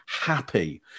happy